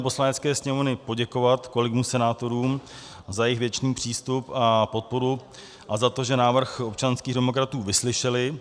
Poslanecké sněmovny poděkovat kolegům senátorům za jejich věcný přístup a podporu a za to, že návrh občanských demokratů vyslyšeli.